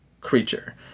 creature